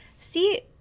see